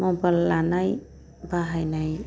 mobile लानाय बाहायनाय